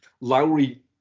Lowry